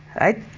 right